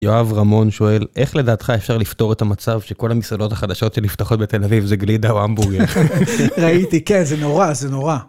יואב רמון שואל, איך לדעתך אפשר לפתור את המצב שכל המסעדות החדשות שנפתחות בתל אביב זה גלידה או המבורגר? ראיתי, כן, זה נורא, זה נורא.